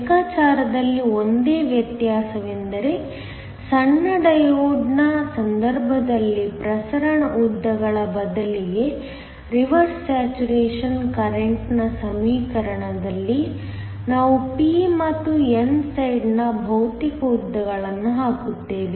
ಲೆಕ್ಕಾಚಾರದಲ್ಲಿ ಒಂದೇ ವ್ಯತ್ಯಾಸವೆಂದರೆ ಸಣ್ಣ ಡಯೋಡ್ನ ಸಂದರ್ಭದಲ್ಲಿ ಪ್ರಸರಣ ಉದ್ದಗಳ ಬದಲಿಗೆ ರಿವರ್ಸ್ ಸ್ಯಾಚುರೇಶನ್ ಕರೆಂಟ್ನ ಸಮೀಕರಣದಲ್ಲಿ ನಾವು p ಮತ್ತು n ಸೈಡ್ನ ಭೌತಿಕ ಉದ್ದಗಳನ್ನು ಹಾಕುತ್ತೇವೆ